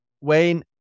Wayne